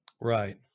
Right